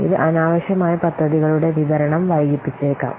ഇത് അനാവശ്യമായി പദ്ധതികളുടെ വിതരണം വൈകിപ്പിച്ചേക്കാം